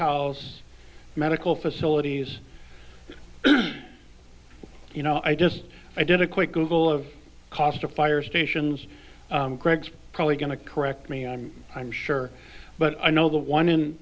house medical facilities you know i just i did a quick google of cost of fire stations greg's probably going to correct me i'm i'm sure but i know the one in